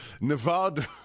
Nevada